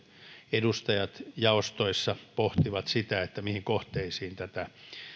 edustajat jaostoissa pohtivat sitä mihin kohteisiin tätä